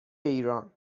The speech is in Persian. ایران